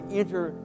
enter